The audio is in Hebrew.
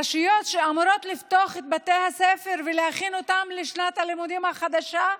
הרשויות שאמורות לפתוח את בתי הספר ולהכין אותם לשנת הלימודים החדשה,